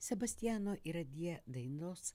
sebastiano iradie dainos